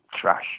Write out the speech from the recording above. trash